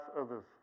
others